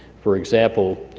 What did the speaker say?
for example,